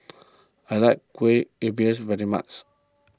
I like Kueh Lupis very much